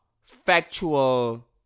factual